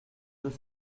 deux